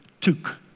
took